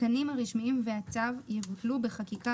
התקנים הרשמיים והצו יבוטלו בחקיקה